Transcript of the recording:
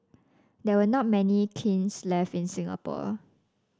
there are not many kilns left in Singapore